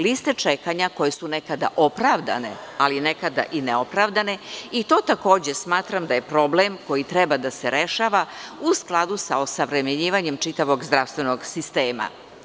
Liste čekanja koje su nekada opravdane, ali nekada i ne opravdane i to takođe smatram da je problem koji treba da se rešava u skladu sa osavremenjivanjem čitavog zdravstvenog sistema.